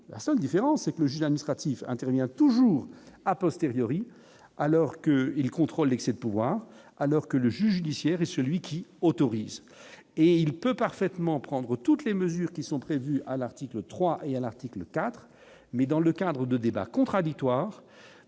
la seule différence, c'est que le aime intervient toujours à postériori alors que il contre l'excès de pouvoir alors que. Le juge glissières et celui qui autorise et il peut parfaitement prendre toutes les mesures qui sont prévues à l'article 3 il y a l'article IV mais dans le cadre de débat contradictoire